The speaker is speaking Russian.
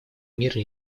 мира